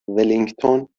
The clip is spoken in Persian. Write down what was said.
ولینگتون